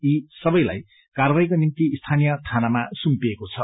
यी सबैलाई कार्वाहीको निम्ति स्थानीय थानामा सुम्पिएको छ